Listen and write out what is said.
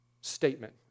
statement